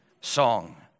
song